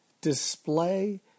display